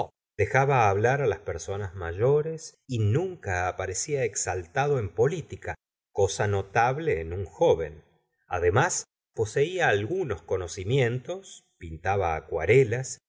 dejaba hablar á las personas mayores y nunca aparecía exaltado en política cosa notable en un joven además poseía algunos conocimientos pintaba acuarelas